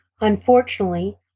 Unfortunately